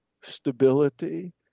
stability